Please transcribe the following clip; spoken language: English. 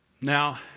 Now